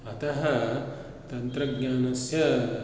अतः तन्त्रज्ञानस्य